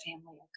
family